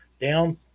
down